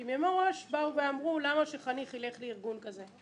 כי מראש אמרו למה שחניך ילך לארגון כזה,